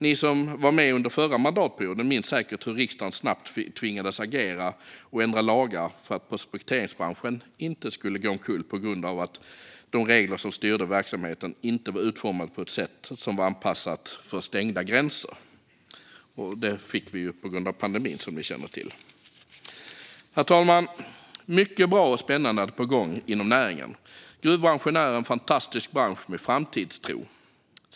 Ni som var med under förra mandatperioden minns säkert hur riksdagen snabbt tvingades agera och ändra lagar för att prospekteringsbranschen inte skulle gå omkull på grund av att de regler som styrde verksamheten inte var utformade på ett sätt som var anpassat för stängda gränser - det fick vi ju på grund av pandemin, som ni känner till. Herr talman! Mycket bra och spännande är på gång inom näringen. Gruvbranschen är en fantastisk bransch med framtidstro.